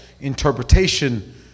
interpretation